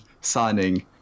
signing